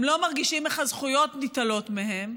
הם לא מרגישים איך הזכויות ניטלות מהם,